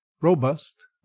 robust